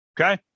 okay